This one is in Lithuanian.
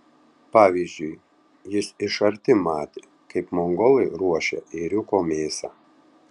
pavyzdžiui jis iš arti matė kaip mongolai ruošia ėriuko mėsą